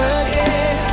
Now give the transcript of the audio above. again